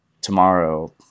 tomorrow